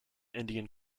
indian